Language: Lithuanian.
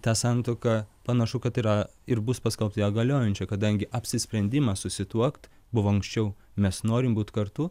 ta santuoka panašu kad yra ir bus paskelbta negaliojančia kadangi apsisprendimas susituokt buvo anksčiau mes norim būti kartu